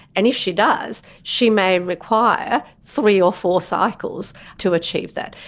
and if she does, she may require three or four cycles to achieve that.